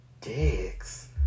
dicks